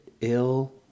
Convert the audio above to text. ill